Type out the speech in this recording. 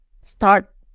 start